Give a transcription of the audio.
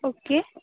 okay